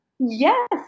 Yes